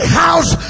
house